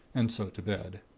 and so to bed.